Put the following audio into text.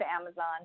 Amazon